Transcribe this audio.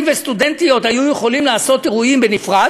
וסטודנטיות היו יכולים לעשות אירועים בנפרד,